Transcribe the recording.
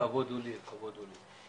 הכבוד הוא לי.